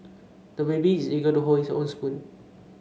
the baby is eager to hold his own spoon